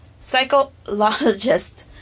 psychologist